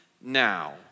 now